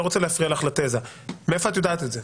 אני לא רוצה להפריע לך לתזה: מאיפה את יודעת את זה?